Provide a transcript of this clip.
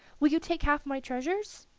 will you take half my treasures?